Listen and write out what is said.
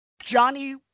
Johnny